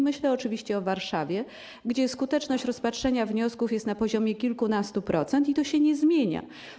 Myślę oczywiście o Warszawie, gdzie skuteczność rozpatrzenia wniosków jest na poziomie kilkunastu procent i to się nie zmienia.